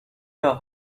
the